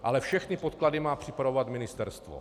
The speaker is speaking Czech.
Ale všechny podklady má připravovat ministerstvo.